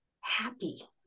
happy